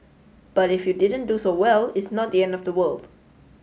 but if you didn't do so well it's not the end of the world